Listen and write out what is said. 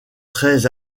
très